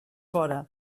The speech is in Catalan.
fora